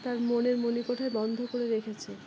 তার মনের মণিকোঠায় বন্ধ করে রেখেছে